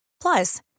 Plus